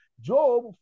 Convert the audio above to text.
job